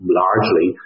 largely